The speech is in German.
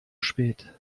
spät